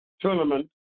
tournament